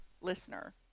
listener